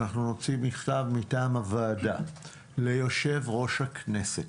אנחנו נוציא מכתב מטעם הוועדה ליושב-ראש הכנסת.